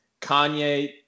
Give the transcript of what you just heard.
Kanye